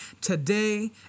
today